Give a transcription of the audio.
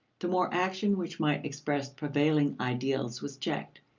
the more action which might express prevailing ideals was checked,